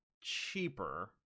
Cheaper